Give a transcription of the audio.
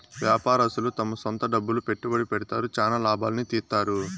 వ్యాపారస్తులు తమ సొంత డబ్బులు పెట్టుబడి పెడతారు, చానా లాభాల్ని తీత్తారు